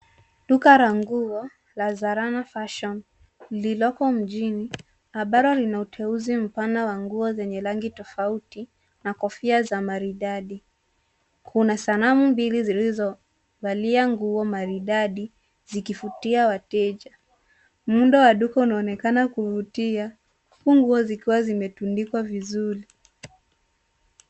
Duka la nguo la Zarana Fashion lililoko mjini ambalo lina uteuzi mpana wa nguo zenye rangi tofauti na kofia za maridadi. Kuna sanamu mbili zilizovalia nguo maridadi zikivutia wateja. Muundo wa duka unaonekana kuvutia huku nguo zikiwa zimetundikwa vizuri.